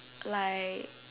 like